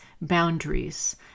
boundaries